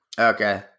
Okay